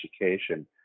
education